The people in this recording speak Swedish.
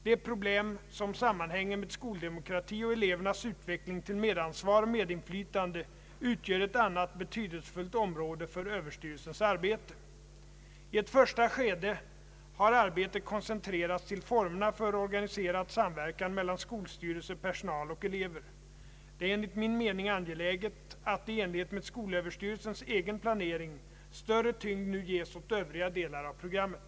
De problem som sammanhänger med skoldemokrati och elevernas utveckling till medansvar och medinflytande utgör ett annat betydelsefullt område för överstyrelsens arbete. I ett första skede har arbetet koncentrerats till formerna för organiserad samverkan mellan skolstyrelse, personal och elever. Det är enligt min mening angeläget att — i enlighet med skolöverstyrelsens egen planering — större tyngd nu ges åt övriga delar av programmet.